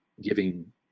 giving